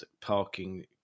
parking